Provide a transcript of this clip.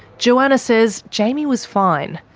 johanna says jaimie was fine.